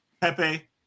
Pepe